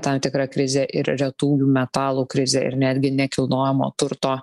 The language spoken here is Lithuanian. tam tikrą krizė ir retųjų metalų krizė ir netgi nekilnojamo turto